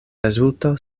rezulto